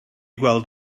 gweld